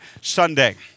Sunday